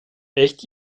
echt